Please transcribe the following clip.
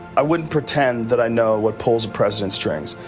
i wouldn't pretend that i know what pulls a president's strings,